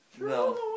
No